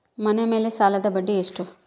ಮನೆ ಮೇಲೆ ಸಾಲದ ಬಡ್ಡಿ ಎಷ್ಟು?